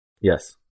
Yes